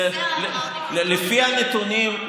לפי הנתונים,